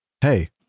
hey